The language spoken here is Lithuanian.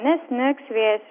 nesnigs vėjas